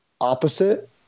opposite